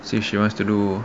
see if she wants to do